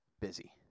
busy